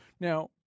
Now